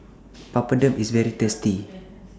Papadum IS very tasty